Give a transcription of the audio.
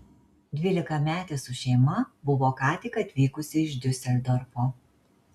dvylikametė su šeima buvo ką tik atvykusi iš diuseldorfo